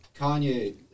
Kanye